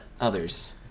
others